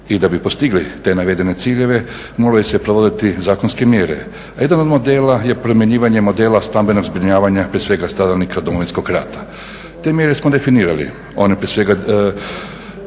i da bi postigli te navedene ciljeve moraju se provoditi zakonske mjere, a jedan od modela je primjenjivanje modela stambenog zbrinjavanja prije svega stradalnika Domovinskog rata. Te mjere smo definirali, one prije svega